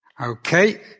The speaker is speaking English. Okay